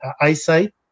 eyesight